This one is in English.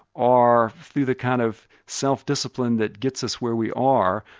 are through the kind of self-discipline that gets us where we are,